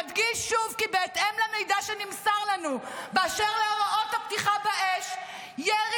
אדגיש שוב כי בהתאם למידע שנמסר לנו באשר להוראות הפתיחה באש --- ירי